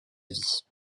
vie